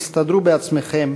תסתדרו בעצמכם,